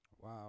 Wow